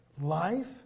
Life